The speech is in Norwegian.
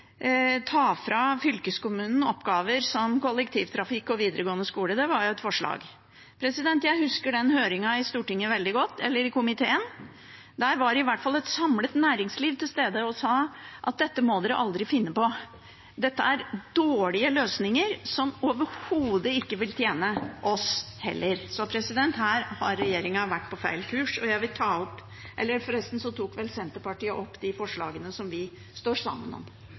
ta fra fylkeskommunen oppgaver som kollektivtrafikk og videregående skole – det var jo et forslag. Jeg husker den høringen i komiteen veldig godt. Der var i hvert fall et samlet næringsliv til stede og sa at dette måtte vi aldri finne på, at dette var dårlige løsninger som overhodet ikke ville tjene dem heller. Her har regjeringen vært på feil kurs. I dag er jeg